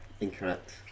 Incorrect